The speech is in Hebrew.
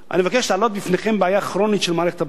אני מבקש להעלות בפניכם בעיה כרונית של מערכת הבריאות,